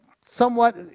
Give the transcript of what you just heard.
somewhat